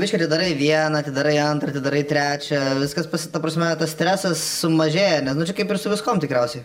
po biški atidarai vieną atidarai antrą atidarai trečią viskas pasi ta prasme tas stresas sumažėja ne nu čia kaip ir su viskuom tikriausiai